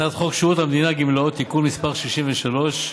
הצעת חוק שירות המדינה (גמלאות) (תיקון מס' 63),